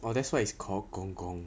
!wah! that's what it's called gong gong